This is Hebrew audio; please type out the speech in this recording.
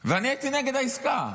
ואני הייתי נגד העסקה.